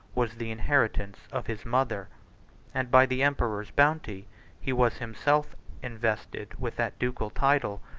was the inheritance of his mother and by the emperor's bounty he was himself invested with that ducal title,